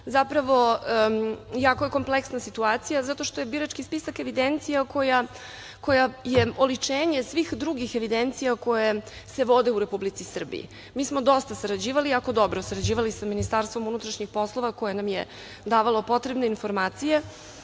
spisku? Zapravo, jako je kompleksna situacija zato što je birački spisak evidencija koja je oličenje svih drugih evidencija koje se vode u Republici Srbiji. Mi smo dosta sarađivali, jako dobro sarađivali sa MUP-om koje nam je davalo potrebne informacije.